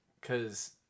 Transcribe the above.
cause